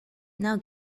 now